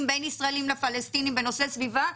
בין ישראלים לפלסטינים בנושא סביבה,